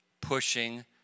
pushing